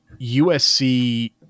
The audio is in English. USC